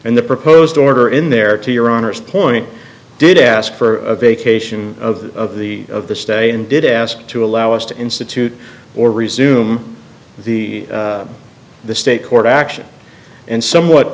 and the proposed order in there to your honor's point did ask for a vacation of the of the of the state and did ask to allow us to institute or resume the the state court action and somewhat